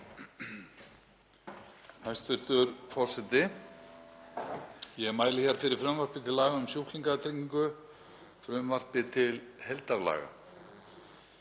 Hæstv. forseti. Ég mæli hér fyrir frumvarpi til laga um sjúklingatryggingu, frumvarpi til heildarlaga.